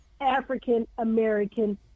African-American